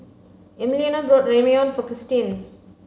Emiliano bought Ramyeon for Kristyn